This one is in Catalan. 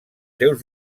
seus